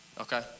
Okay